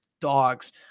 dogs